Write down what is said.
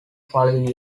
following